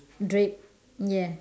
drape ya